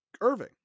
Irving